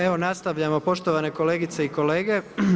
Evo nastavljamo poštovane kolegice i kolege.